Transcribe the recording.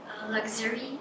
Luxury